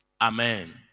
Amen